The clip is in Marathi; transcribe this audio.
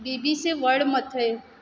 बेबीचे वर्ड मथळे